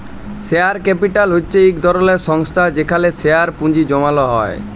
share capital হছে ইক ধরলের সংস্থা যেখালে শেয়ারে পুঁজি জ্যমালো হ্যয়